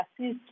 assist